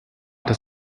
das